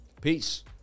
Peace